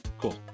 cool